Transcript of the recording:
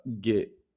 get